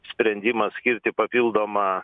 sprendimas skirti papildomą